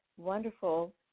wonderful